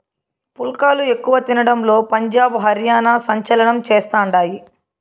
పుల్కాలు ఎక్కువ తినడంలో పంజాబ్, హర్యానా సంచలనం చేస్తండాయి